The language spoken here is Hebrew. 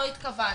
לא התכוונו.